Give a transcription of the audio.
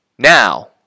Now